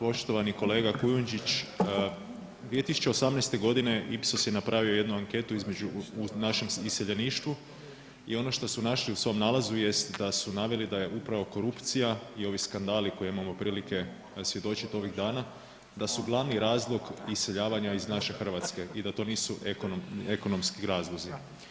Poštovani kolega Kujundžić, 2018.g. IPSOS je napravio jednu anketu u našem iseljeništvu i ono što su našli u svom nalazu jest da su naveli da je upravo korupcija i ovi skandali koje imamo prilike svjedočit ovih dana da su glavni razlog iseljavanja iz naše Hrvatske i da to nisu ekonomski razlozi.